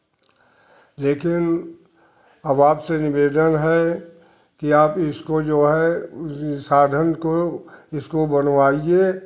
लेकिन अब आपसे निवेदन है कि आप इसको जो है साधन को इसको बनवाईए